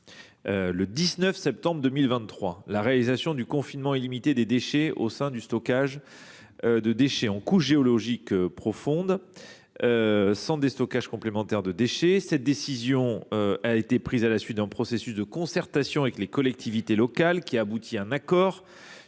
le 19 septembre 2023, la réalisation du confinement illimité des déchets en couches géologiques profondes, sans déstockage complémentaire. Cette décision a été prise à la suite d’un processus de concertation avec les collectivités locales qui a abouti à un accord